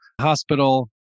hospital